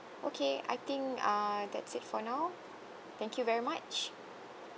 okay I think uh that's it for now thank you very much